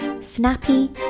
snappy